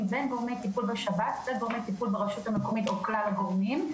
בין גורמי טיפול בשב"ס לגורמי טיפול ברשות המקומית או כלל הגורמים.